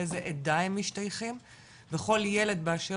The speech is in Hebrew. לאיזה עדה הם משתייכים ולכל ילד באשר